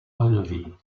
relevé